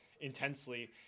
intensely